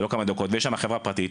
ויש שם חברה פרטית,